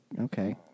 okay